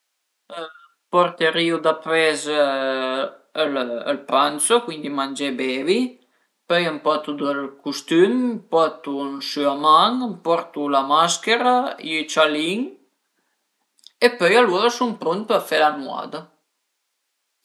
Më porterìu dapres ël pranzo, cuindi mangé e bevi, pöi m'portu ël custüm, m'portu ël süaman, m'portu la maschera, i ücialin e pöi alura sun prunt për fe la nuada